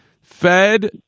Fed